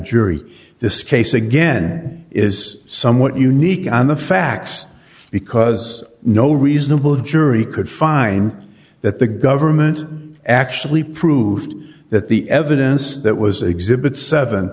jury this case again is somewhat unique on the facts because no reasonable jury could find that the government actually proved that the evidence that was exhibit seven